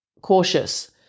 cautious